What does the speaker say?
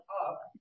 up